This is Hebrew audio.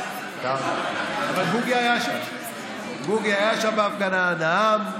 אבל בוגי היה שם, בוגי היה שם בהפגנה, נאם.